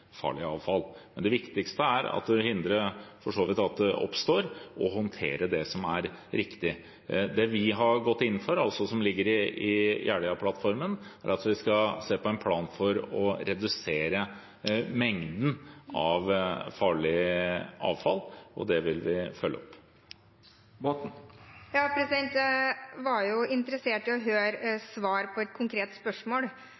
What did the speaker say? vi har gått inn for, altså det som ligger i Jeløya-plattformen, er at vi skal se på en plan for å redusere mengden av farlig avfall, og det vil vi følge opp. Jeg var interessert i å høre